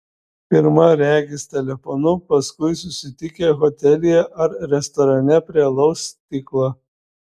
pirma regis telefonu paskui susitikę hotelyje ar restorane prie alaus stiklo